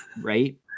Right